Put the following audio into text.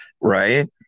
right